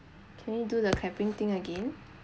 can you do the clapping thing again